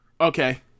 Okay